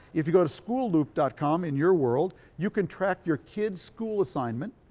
if you go to schoolloop dot com in your world you can track your kids school assignment,